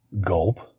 Gulp